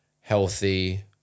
healthy